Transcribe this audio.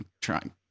trying